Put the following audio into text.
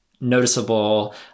noticeable